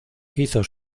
hizo